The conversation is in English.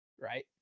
right